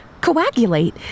coagulate